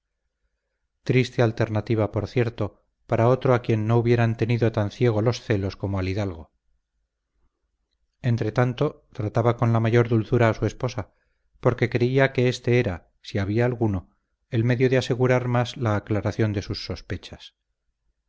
triste alternativa por cierto para otro a quien no hubieran tenido tan ciego los celos como al hidalgo entretanto trataba con la mayor dulzura a su esposa porque creía que éste era si había alguno el medio de asegurar más la aclaración de sus sospechas